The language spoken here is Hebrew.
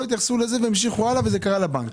שלא התייחסו לזה והמשיכו הלאה בבנק.